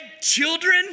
children